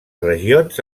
regions